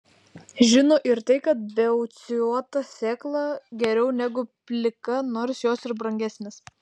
žino ir tai kad beicuota sėkla geriau negu plika nors jos ir brangesnės